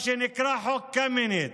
מה שנקרא חוק קמיניץ.